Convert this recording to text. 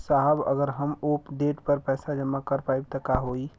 साहब अगर हम ओ देट पर पैसाना जमा कर पाइब त का होइ?